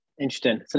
Interesting